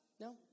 No